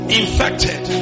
infected